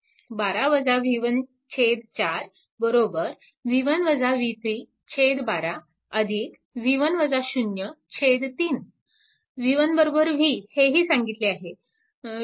4 12 3 v1 v हेही सांगितले आहे